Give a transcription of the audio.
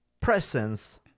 presence